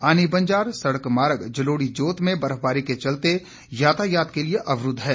आनी बंजार सड़क मार्ग जलोड़ी जोत में बर्फबारी के चलते यातायात के लिए अवरूद्व है